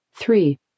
Three